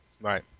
Right